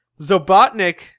Zobotnik